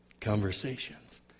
conversations